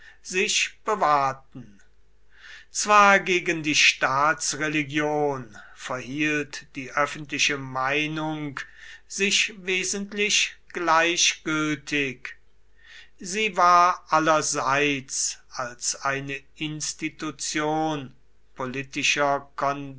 sich bewahrten zwar gegen die staatsreligion verhielt die öffentliche meinung sich wesentlich gleichgültig sie war allerseits als eine institution politischer